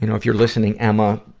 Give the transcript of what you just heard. you know if you're listening, emma,